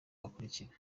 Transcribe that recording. bakurikira